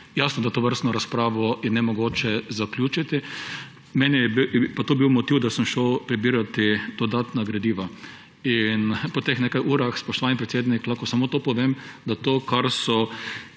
Jasno, da tovrstno razpravo je nemogoče zaključiti. Pa to je bil moj motiv, da sem šel prebirat dodatna gradiva. Po teh nekaj urah, spoštovani predsednik, lahko samo to povem, da to, kar so